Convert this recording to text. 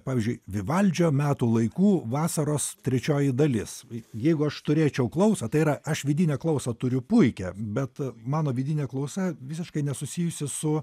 pavyzdžiui vivaldžio metų laikų vasaros trečioji dalis jeigu aš turėčiau klausą tai yra aš vidinę klausą turiu puikią bet mano vidinė klausa visiškai nesusijusi su